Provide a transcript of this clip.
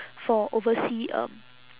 for overseas um